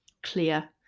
Clear